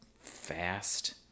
fast